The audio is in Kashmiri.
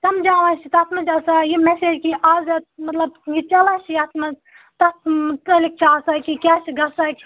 سمجاواں چھِ تَتھ منٛز چھِ آسان یِم مٮ۪سیج کہِ اَز مطلب یہِ چلان چھِ یَتھ منٛز تَتھ مُتعلق کیٛاہ سا کہِ کیٛاہ چھِ گَژھان